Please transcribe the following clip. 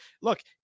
look